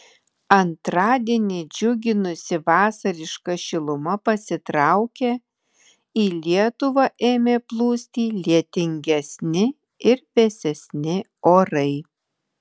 antradienį džiuginusi vasariška šiluma pasitraukė į lietuvą ėmė plūsti lietingesni ir vėsesni orai